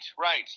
Right